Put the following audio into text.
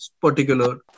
particular